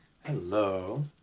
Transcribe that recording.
Hello